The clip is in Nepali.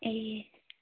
ए